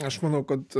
aš manau kad